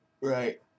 Right